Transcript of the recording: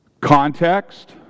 context